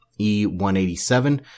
E187